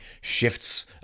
shifts